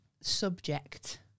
subject